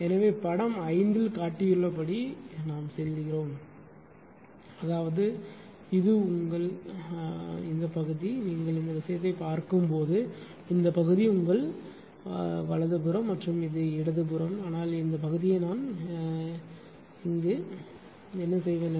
எனவே படம் 5 இல் காட்டப்பட்டுள்ளபடி நாம் சொல்கிறோம் அதாவது இது உங்கள் இந்தப் பகுதி நீங்கள் இந்த விஷயத்தைப் பார்க்கும் போது இந்த பகுதி உங்கள் வலது புறம் மற்றும் இது இடது புறம் ஆனால் இந்த பகுதியை நான் என்ன செய்வேன்